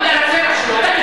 בגלל הצבע שלו.